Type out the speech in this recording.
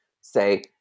say